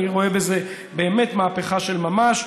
אני רואה בזה באמת מהפכה של ממש: